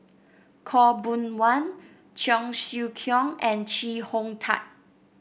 Khaw Boon Wan Cheong Siew Keong and Chee Hong Tat